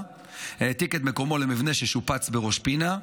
העתיק את מקומו למבנה ששופץ בראש פינה.